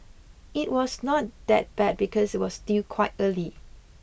it was not that bad because it was still quite early